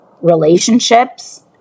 relationships